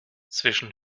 zwischen